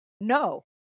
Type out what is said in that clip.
No